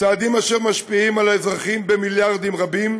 צעדים אשר משפיעים על האזרחים במיליארדים רבים,